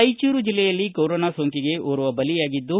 ರಾಯಚೂರು ಜಿಲ್ಲೆಯಲ್ಲಿ ಕೊರೊನಾ ಸೋಂಕಿಗೆ ಓರ್ವ ಬಲಿಯಾಗಿದ್ದು